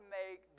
make